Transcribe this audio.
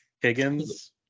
higgins